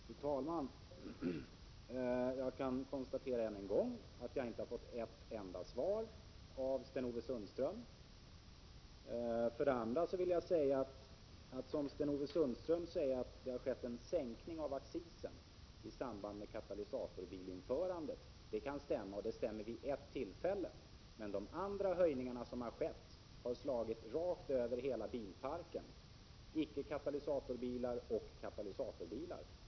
Fru talman! Jag kan än en gång konstatera att jag inte har fått ett enda svar från Sten-Ove Sundström. Jag vill anknyta till det Sten-Ove Sundström säger om att det har skett en sänkning av accisen i samband med införandet av katalysatorbilar. Det kan stämma, och det stämmer vid ett tillfälle. De andra höjningarna som har skett har däremot slagit rakt över hela bilparken — icke-katalysatorbilar och katalysatorbilar.